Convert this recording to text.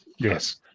Yes